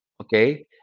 okay